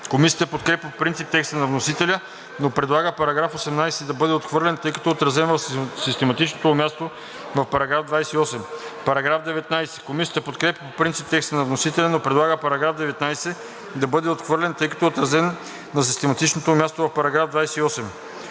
Комисията подкрепя по принцип текста на вносителя, но предлага § 21 да бъде отхвърлен, тъй като е отразен на систематичното му място в § 30.